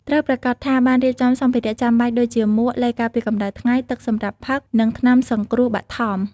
ត្រូវប្រាកដថាបានរៀបចំសម្ភារៈចាំបាច់ដូចជាមួក ឡេការពារកម្តៅថ្ងៃ ទឹកសម្រាប់ផឹក និងថ្នាំសង្គ្រោះបឋម។